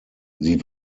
sie